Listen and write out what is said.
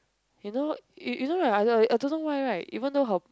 you know you you know my mother I don't know why right even though her